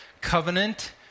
covenant